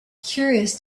curious